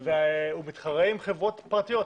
ומתחרה עם חברות פרטיות.